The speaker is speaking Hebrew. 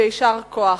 ויישר כוח.